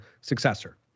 successor